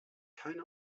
keine